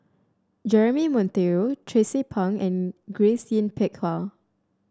Jeremy Monteiro Tracie Pang and Grace Yin Peck Ha